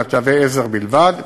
אלא תהווה עזר בלבד.